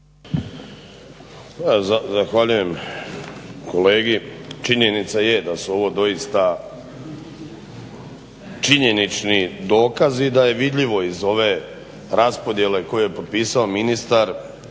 Zahvaljujem kolegi. Činjenica je da su ovo doista činjeničnih dokazi da je vidljivo iz ove raspodjele koju je potpisao ministar.